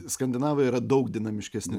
skandinavai yra daug dinamiškesni